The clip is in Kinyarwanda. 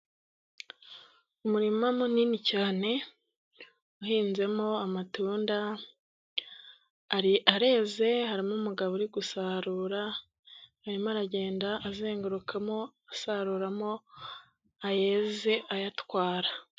Umurima munini cyane, uhinzemo amatunda areze harimo umugabo uri gusarura, arimo aragenda azengurukamo asaruramo ayeze ayatwara.